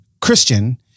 Christian